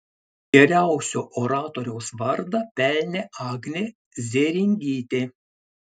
geriausio oratoriaus vardą pelnė agnė zėringytė